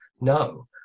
no